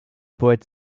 poète